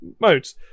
modes